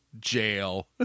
jail